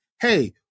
hey